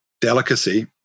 delicacy